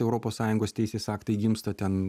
europos sąjungos teisės aktai gimsta ten